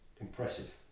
impressive